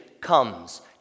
comes